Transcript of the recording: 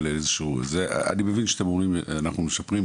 אני מבין שאתם אומרים אנחנו משפרים,